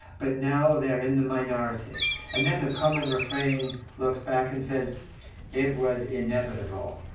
but now they're in the minority and then the common refrain looks back and says it was inevitable.